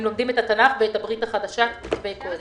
הם לומדים את התנ"ך ואת הברית החדשה ככתבי קודש.